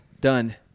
done